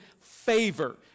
favor